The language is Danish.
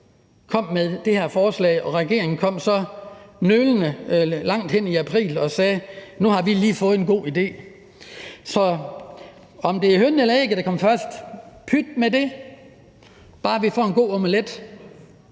kom med det her forslag, og regeringen kom så nølende langt hen i april og sagde: Nu har vi lige fået en god idé. Så om det er hønen eller ægget, der kom først – pyt med det! – bare vi får en god omelet.